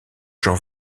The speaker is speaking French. jean